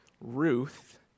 Ruth